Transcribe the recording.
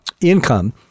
income